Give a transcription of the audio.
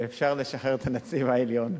ואפשר לשחרר את הנציב העליון.